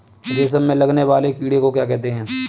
रेशम में लगने वाले कीड़े को क्या कहते हैं?